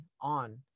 on